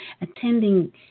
attending